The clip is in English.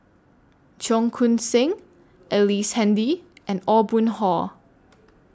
Cheong Koon Seng Ellice Handy and Aw Boon Haw